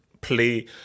play